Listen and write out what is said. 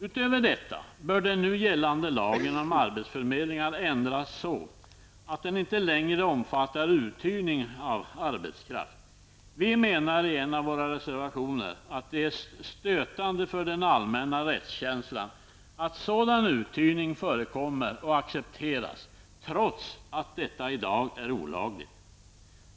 Utöver detta bör den nu gällande lagen om arbetsförmedlingar ändras så att den inte längre omfattar uthyrning av arbetskraft. Vi menar i en av våra reservationer att det är stötande för den allmänna rättskänslan att sådan uthyrning förekommer och accepteras trots att detta är olagligt.